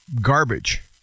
garbage